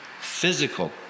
physical